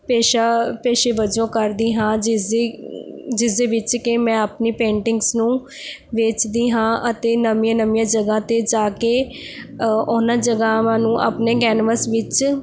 ਪੇਸ਼ਾ ਪੇਸ਼ੇ ਵਜੋਂ ਕਰਦੀ ਹਾਂ ਜਿਸਦੀ ਜਿਸ ਦੇ ਵਿੱਚ ਕਿ ਮੈਂ ਆਪਣੀ ਪੇਂਟਿੰਗਸ ਨੂੰ ਵੇਚਦੀ ਹਾਂ ਅਤੇ ਨਵੀਆਂ ਨਵੀਆਂ ਜਗ੍ਹਾ 'ਤੇ ਜਾ ਕੇ ਉਹਨਾਂ ਜਗ੍ਹਾਵਾਂ ਨੂੰ ਆਪਣੇ ਕੈਂਨਵਸ ਵਿੱਚ